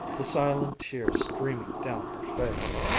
the silent tears streaming down her face.